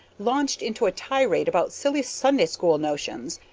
launched into a tirade about silly sunday-school notions,